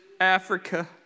Africa